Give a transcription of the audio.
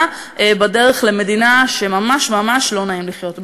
בדרך למדינה שממש ממש לא נעים לחיות בה.